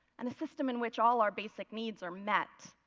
and a system in which all our basic needs are met.